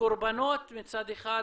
כקורבנות מצד אחד,